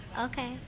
Okay